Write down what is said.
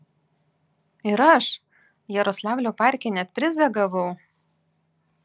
ir aš jaroslavlio parke net prizą gavau